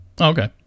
Okay